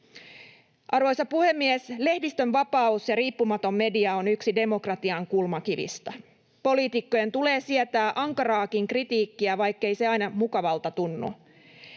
Arvoisa puhemies! Lehdistönvapaus ja riippumaton media ovat yksi demokratian kulmakivistä. Poliitikkojen tulee sietää ankaraakin kritiikkiä, vaikkei se aina mukavalta tunnu.